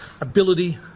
ability